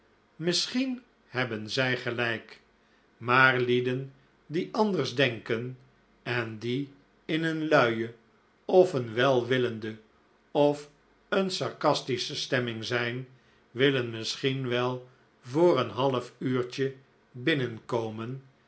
misschien hebben zij gelijk maar lieden die anders denken en die in een luie of een welwillende of een sarcastische stemming zijn willen misschien wel voor een half uurtje binnenkomen